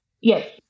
Yes